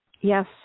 Yes